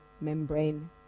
membrane